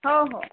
हो हो